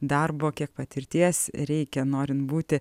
darbo kiek patirties reikia norint būti